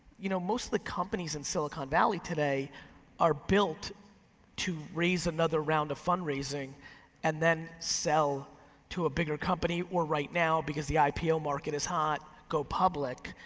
you know, most of the companies in silicon valley today are built to raise another round of fundraising and then sell to a bigger company, or right now, because the ipo market is hot, go public.